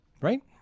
Right